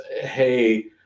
hey